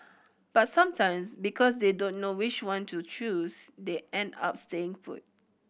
but sometimes because they don't know which one to choose they end up staying put